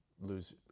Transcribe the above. lose